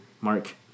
mark